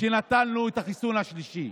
שנתנה את החיסון השלישי.